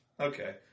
okay